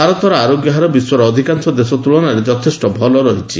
ଭାରତର ଆରୋଗ୍ୟହାର ବିଶ୍ୱର ଅଧିକାଂଶ ଦେଶ ତୁଳନାରେ ଯଥେଷ୍ଟ ଭଲ ରହିଛି